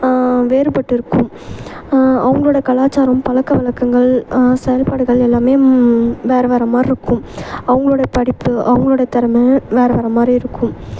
வேறுபட்டிருக்கும் அவர்களோட கலாச்சாரம் பழக்க வழக்கங்கள் செயல்பாடுகள் எல்லாமே வேறு வேறு மாதிரிருக்கும் அவர்களோட படிப்பு அவர்களோட திறம வேறு வேறு மாதிரி இருக்கும்